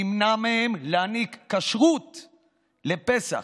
תמנע מהם להעניק כשרות לפסח.